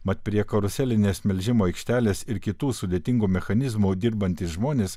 mat prie karuselinės melžimo aikštelės ir kitų sudėtingų mechanizmų dirbantys žmonės